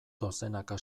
dozenaka